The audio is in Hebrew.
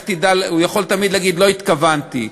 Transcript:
הוא יכול להגיד תמיד "לא התכוונתי".